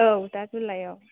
औ दा जुलाइयाव